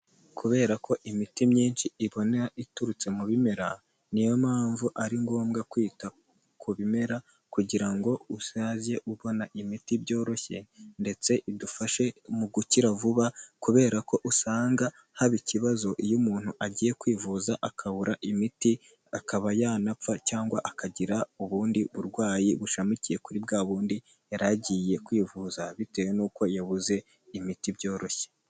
Kubera ko imiti myinshi ibona iturutse mu bimera, niyo mpamvu ari ngombwa kwita ku bimera kugira ngo uzajye ubona imiti byoroshye ndetse idufashe mu gukira vuba kubera ko usanga haba ikibazo iyo umuntu agiye kwivuza akabura imiti akaba yanapfa cyangwa akagira ubundi burwayi bushamikiye kuri bwa bundi yari agiye kwivuza, bitewe n'uko yabuze imiti byoroshye.